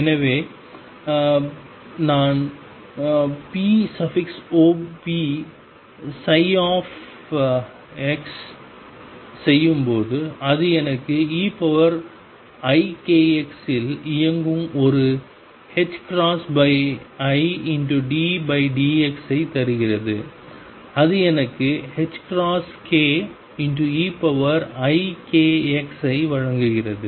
எனவே நான் popψ செய்யும்போது அது எனக்கு eikx இல் இயங்கும் ஒரு iddx ஐ தருகிறது அது எனக்கு ℏk eikx ஐ வழங்குகிறது